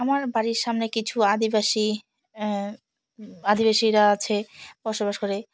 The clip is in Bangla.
আমার বাড়ির সামনে কিছু আদিবাসী আদিবাসীরা আছে বসবাস করে